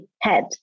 head